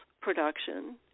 production